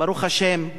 "ברוך השם",